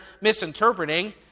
misinterpreting